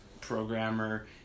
programmer